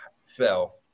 fell